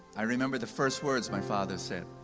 i remember the first words my father said.